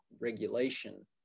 regulation